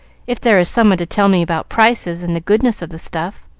if there is someone to tell me about prices and the goodness of the stuff.